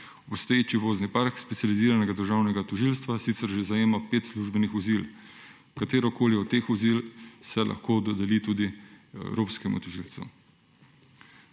Obstoječi vozni park specializiranega državnega tožilstva sicer že zajema pet službenih vozil. Katerokoli od teh vozil se lahko dodeli tudi evropskemu tožilcu.